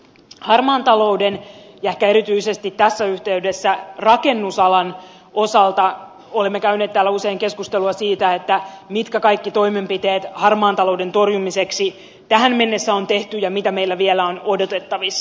harmaan talouden ja ehkä erityisesti tässä yhteydessä rakennusalan osalta olemme käyneet täällä usein keskustelua siitä mitkä kaikki toimenpiteet harmaan talouden torjumiseksi tähän mennessä on tehty ja mitä meillä vielä on odotettavissa